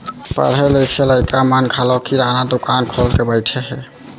पढ़े लिखे लइका मन घलौ किराना दुकान खोल के बइठे हें